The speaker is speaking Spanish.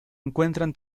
encuentran